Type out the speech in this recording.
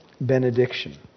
benediction